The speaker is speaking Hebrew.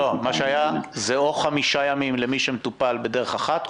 מה שהיה הוא או חמישה ימים למי שמטופל בדרך אחת,